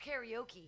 karaoke